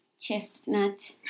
chestnut